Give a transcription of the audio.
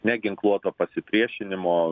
neginkluoto pasipriešinimo